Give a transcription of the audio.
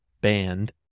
band